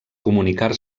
comunicar